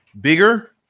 bigger